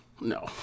no